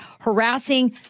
harassing